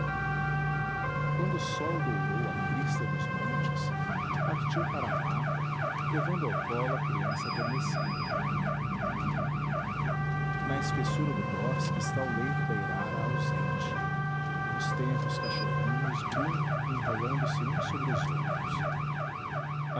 quando o sol dourou a crista dos montes partiu pa ra a mata levando ao colo a criança adormecida na espessura do bosque está o leito da irara ausente os tenros cachorrinhos grunhem enrolando se uns sobre os outros